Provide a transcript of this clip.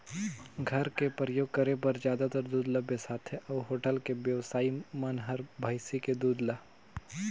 घर मे परियोग करे बर जादातर दूद ल बेसाथे अउ होटल के बेवसाइ मन हर भइसी के दूद ल